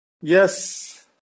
Yes